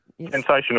Sensational